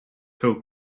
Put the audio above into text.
hope